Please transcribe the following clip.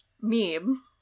meme